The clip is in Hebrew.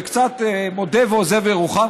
וקצת "מודה ועוזב ירוחם".